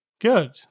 Good